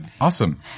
Awesome